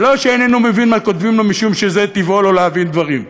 ולא שאיננו מבין מה כותבים לו משום שזה טבעו לא להבין דברים,